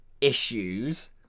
issues